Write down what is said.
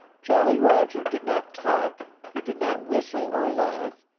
jolly roger did not talk. he did not whistle or laugh,